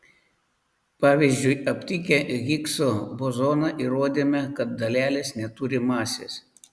pavyzdžiui aptikę higso bozoną įrodėme kad dalelės neturi masės